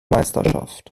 meisterschaft